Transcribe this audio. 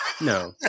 No